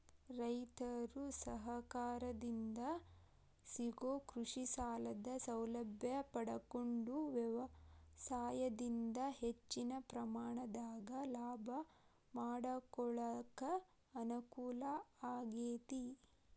ರೈತರು ಸರಕಾರದಿಂದ ಸಿಗೋ ಕೃಷಿಸಾಲದ ಸೌಲಭ್ಯ ಪಡಕೊಂಡು ವ್ಯವಸಾಯದಿಂದ ಹೆಚ್ಚಿನ ಪ್ರಮಾಣದಾಗ ಲಾಭ ಮಾಡಕೊಳಕ ಅನುಕೂಲ ಆಗೇತಿ